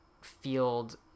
field